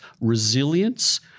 Resilience